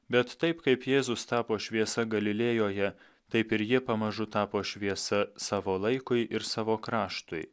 bet taip kaip jėzus tapo šviesa galilėjoje taip ir jie pamažu tapo šviesa savo laikui ir savo kraštui